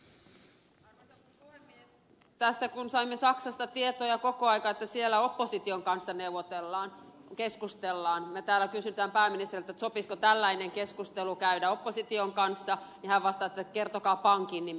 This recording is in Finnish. kun tässä saamme saksasta tietoja koko ajan että siellä opposition kanssa neuvotellaan keskustellaan ja me täällä kysymme pääministeriltä sopisiko tällainen keskustelu käydä opposition kanssa niin hän vastaa että kertokaa pankin nimi